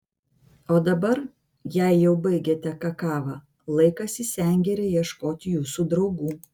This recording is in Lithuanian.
o dabar jei jau baigėte kakavą laikas į sengirę ieškoti jūsų draugų